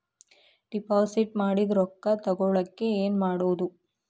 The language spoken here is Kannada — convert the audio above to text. ಡಿಪಾಸಿಟ್ ಮಾಡಿದ ರೊಕ್ಕ ತಗೋಳಕ್ಕೆ ಏನು ಮಾಡೋದು?